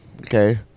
Okay